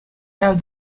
have